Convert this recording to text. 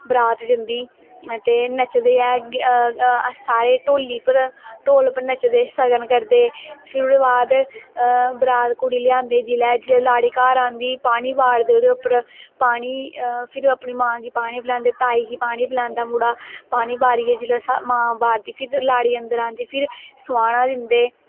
बरात जंदी ते नचदे ऐ सारी ढोली पर ढोल पर नचदे सगन करदे फिर ओह्दे बाद बरात कुड़ी लेआंदे जिसलै लाड़ी घर आंदी पानी बारदे ते उप्पर फिर अपनी मां गी पानी पलांदे ताई गी पानी पलांदा मुड़ा पानी बारियै जिसलै मां बारदी फिर लाड़ी आंदर आंदी फिर सोआना दिंदे